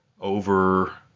over